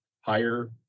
higher